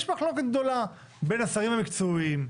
יש מחלוקת גדולה בין השרים המקצועיים.